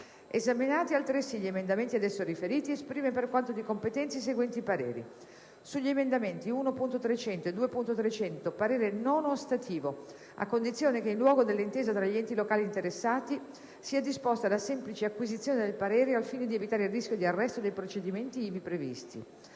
Esaminati altresì gli emendamenti ad esso riferiti, esprime, per quanto di competenza, i seguenti pareri: - sugli emendamenti 1.300 e 2.300, parere non ostativo, a condizione che, in luogo dell'intesa tra gli enti locali interessati, sia disposta la semplice acquisizione del parere, al fine di evitare il rischio di arresto dei procedimenti ivi previsti;